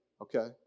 okay